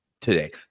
today